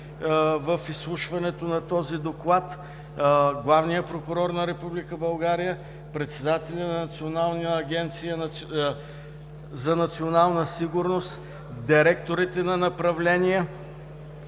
в изслушването на този доклад главният прокурор на Република България, председателят на Държавна агенция „Национална сигурност“, директорите на направления